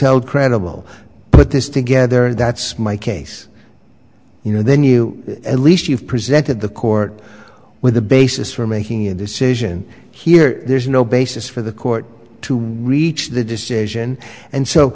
held credible put this together that's my case you know then you at least you've presented the court with the basis for making a decision here there's no basis for the court to reach the decision and so